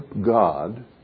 God